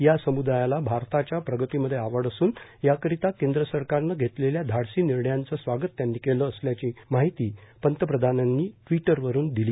या सम्दायाला भारताच्या प्रगतीमध्ये आवड असून याकरीता केंद्र सरकारनं घेतलेल्या धाडसी निर्णयांचं स्वागत त्यांनी केलं असल्याची माहिती पंतप्रधानांनी ट्वीटरवरुन दिली